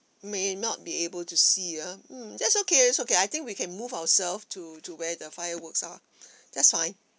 may not be able to see uh mm that's okay it's okay I think we can move ourselves to to where the fireworks are that's fine